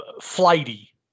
flighty